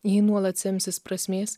ji nuolat semsis prasmės